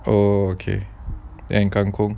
oh okay then kangkung